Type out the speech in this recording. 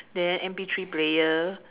then M_P three player